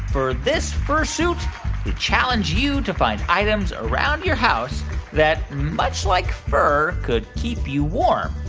for this fursuit, we challenge you to find items around your house that, much like fur, could keep you warm.